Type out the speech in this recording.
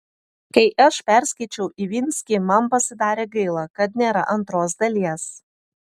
kai aš perskaičiau ivinskį man pasidarė gaila kad nėra antros dalies